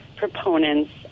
proponents